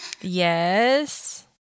Yes